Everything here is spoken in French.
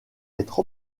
être